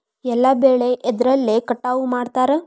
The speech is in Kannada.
ಎಲ್ಲ ಬೆಳೆ ಎದ್ರಲೆ ಕಟಾವು ಮಾಡ್ತಾರ್?